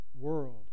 world